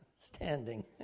standing